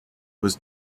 was